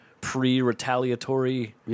pre-retaliatory